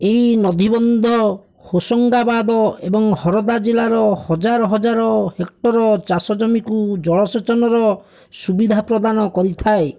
ଏହି ନଦୀବନ୍ଧ ହୋଶଙ୍ଗାବାଦ ଏବଂ ହରଦା ଜିଲ୍ଲାର ହଜାର ହଜାର ହେକ୍ଟର୍ ଚାଷଜମିକୁ ଜଳସେଚନର ସୁବିଧା ପ୍ରଦାନ କରିଥାଏ